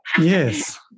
Yes